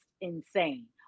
insane